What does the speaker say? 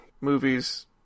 movies